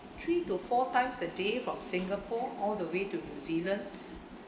three to four times a day from singapore all the way to zealand